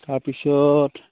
তাৰপিছত